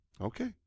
Okay